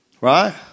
Right